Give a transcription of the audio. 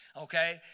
Okay